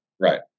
Right